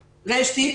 רשטיק.